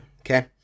okay